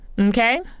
Okay